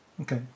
Okay